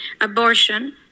abortion